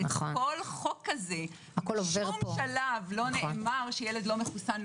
כל חוק כזה בשום שלב לא נאמר שילד לא מחוסן,